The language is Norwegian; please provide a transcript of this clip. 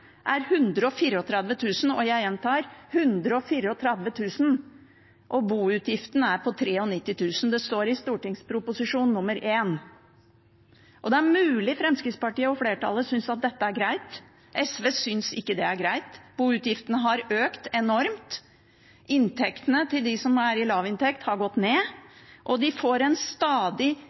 får bostøtte, er 134 000 kr. Jeg gjentar: 134 000. Og boutgiftene er på 92 000. Det står i Prop. 1 S. Det er mulig at Fremskrittspartiet og flertallet synes at dette er greit. SV synes ikke det er greit. Boutgiftene har økt enormt. Inntektene til dem med lav inntekt har gått ned. De som får, får en stadig